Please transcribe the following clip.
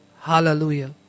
Hallelujah